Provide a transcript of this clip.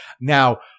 now